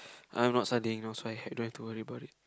I'm not studying no so I don't have to worry about it